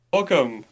Welcome